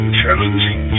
challenging